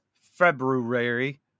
february